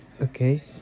Okay